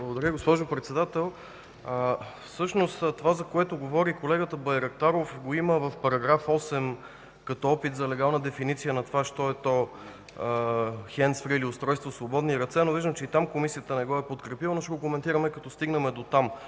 Благодаря. Госпожо Председател, всъщност това, за което говори колегата Байрактаров, го има в § 8 като опит за легална дефиниция на това що е „хендс фри” или устройство „свободни ръце”. Виждам обаче, че и там Комисията не го е подкрепила. Ще го коментираме, когато стигнем там.